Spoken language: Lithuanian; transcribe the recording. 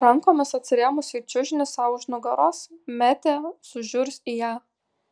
rankomis atsirėmusi į čiužinį sau už nugaros metė sužiurs į ją